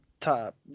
top